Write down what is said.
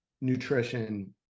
nutrition